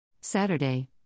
Saturday